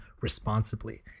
responsibly